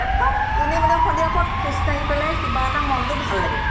এপাক এনেই মানে সন্ধিয়া পৰত খোজকাঢ়ি পেলাই কিবা এটা মনটো ভাল লাগে